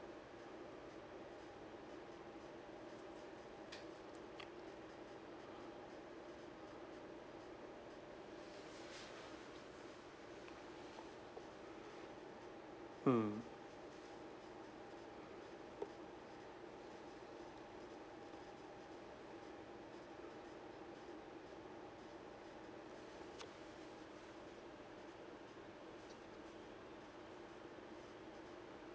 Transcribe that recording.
mm